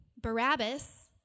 Barabbas